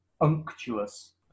Unctuous